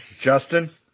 Justin